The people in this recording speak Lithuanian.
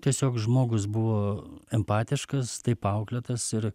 tiesiog žmogus buvo empatiškas taip auklėtas ir